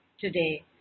today